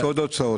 יש עוד הוצאות,